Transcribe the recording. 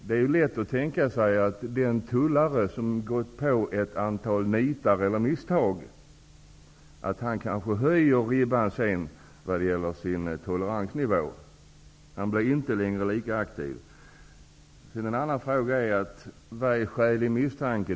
Det är lätt att tänka sig att den tullare som har gått på ett antal nitar eller misstag kanske höjer ribban för sin toleransnivå. Han blir inte längre lika aktiv. En annan fråga är vad skälig misstanke är.